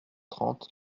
trente